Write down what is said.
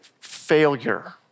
failure